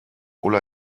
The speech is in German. ulla